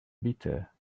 bitter